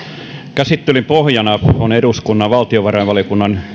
käsittelyn pohjana on eduskunnan valtiovarainvaliokunnan